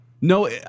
No